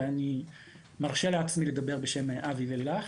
אני מרשה לעצמי לדבר בשם אבי ולילך.